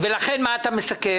לכן מה אתה מסכם?